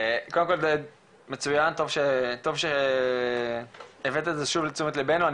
קודם כל זה מצוין וטוב שהבאת את זה שוב לתשומת ליבנו.